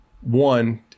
one